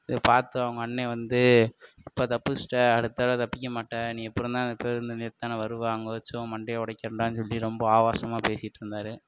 இதை பார்த்து அவங்க அண்ணன் வந்து இப்போ தப்புச்சிட்ட அடுத்த தடவை தப்பிக்க மாட்டே நீ எப்படி இருந்தாலும் பேருந்து நிலையத்துக்கு தானே வருவ அங்கே வச்சு உன் மண்டையை உடைக்கிறேன்டான் சொல்லி ரொம்ப ஆவேசமா பேசிட்டு இருந்தாரு